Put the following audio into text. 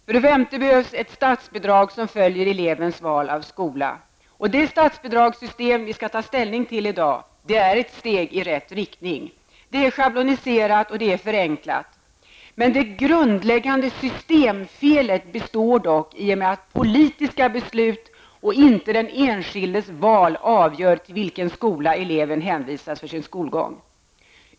För det femte behövs ett statsbidrag som följer elevens val av skola. Det statsbidragssystem vi i dag skall ta ställning till är ett steg i rätt riktning. Det är schabloniserat och därmed förenklat. Det grundläggande systemfelet består dock i och med att politiska beslut och inte den enskildes val avgör till vilken skola eleven hänvisas för sin skolgång.